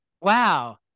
wow